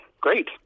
Great